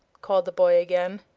called the boy, again.